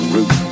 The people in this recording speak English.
Root